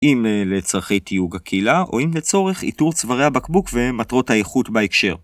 אם לצרכי תיוג הקהילה, או אם לצורך איתור צווארי הבקבוק ומטרות האיכות בהקשר.